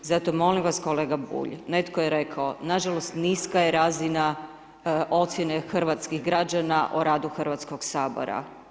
Zato molim vas, kolega Bulj, netko je rekao, nažalost niska je razina ocjene hrvatskih građana o radu Hrvatskih sabora.